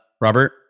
Robert